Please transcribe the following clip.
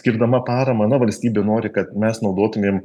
skirdama paramą na valstybė nori kad mes naudotumėm